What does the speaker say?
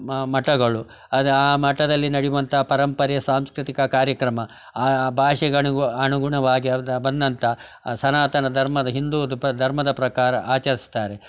ಮ ಮಠಗಳು ಆ ಮಠದಲ್ಲಿ ನಡೆವಂಥ ಪರಂಪರೆ ಸಾಂಸ್ಕೃತಿಕ ಕಾರ್ಯಕ್ರಮ ಆ ಭಾಷೆಗೆ ಅನುಗುಣವಾಗಿ ಬಂದಂಥ ಸನಾತನ ಧರ್ಮದ ಹಿಂದೂ ಧರ್ಮದ ಪ್ರಕಾರ ಆಚರಿಸ್ತಾರೆ